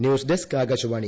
news desk Akashvani